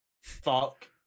fuck